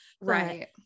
right